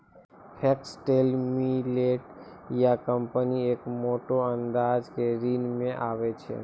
foxtail millet या कंगनी एक मोटो अनाज के श्रेणी मॅ आबै छै